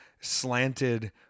slanted